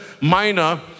Minor